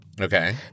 Okay